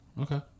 Okay